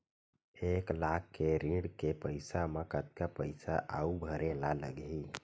एक लाख के ऋण के पईसा म कतका पईसा आऊ भरे ला लगही?